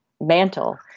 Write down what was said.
mantle